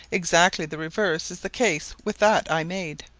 exactly the reverse is the case with that i made,